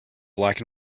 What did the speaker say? black